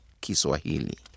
kiswahili